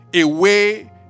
away